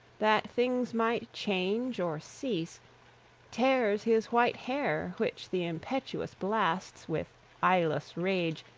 that things might change or cease tears his white hair, which the impetuous blasts, with eyeless rage,